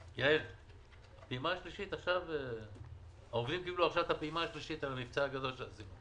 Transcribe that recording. העובדים קיבלו עכשיו את הפעימה השלישית על המבצע הגדול שעשית.